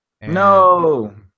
no